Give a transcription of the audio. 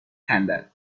خندد